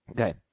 Okay